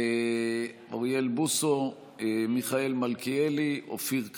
אוריאל בוסו, מיכאל מלכיאלי, אופיר כץ,